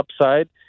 upside –